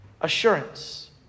assurance